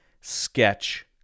sketch